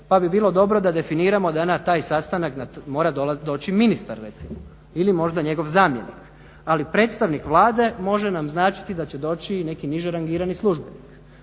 Pa bi bilo dobro da definiramo da na taj sastanak mora doći ministar recimo ili možda njegov zamjenik. Ali predstavnik Vlade može nam značiti da će doći i neki niže rangirani službenik.